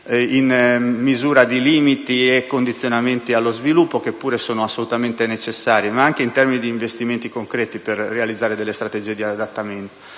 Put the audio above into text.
di misura di limiti e condizionamenti allo sviluppo, che pure sono assolutamente necessari, ma va anche affrontata in termini concreti per realizzare delle strategie di adattamento.